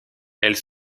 elles